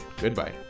Goodbye